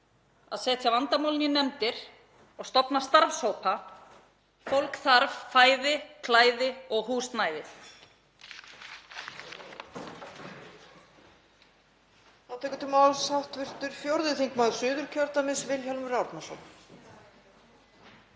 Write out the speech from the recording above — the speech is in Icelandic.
að setja vandamálin í nefndir og stofna starfshópa. Fólk þarf fæði, klæði og húsnæði.